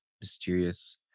mysterious